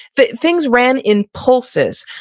but things ran in pulses,